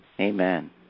Amen